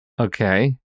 Okay